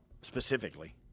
Specifically